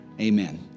Amen